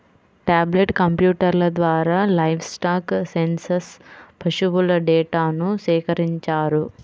tablet కంప్యూటర్ల ద్వారా livestock census పశువుల డేటాను సేకరించారు